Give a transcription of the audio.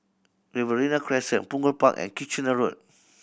Riverina Crescent Punggol Park and Kitchener Road